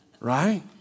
Right